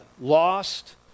lost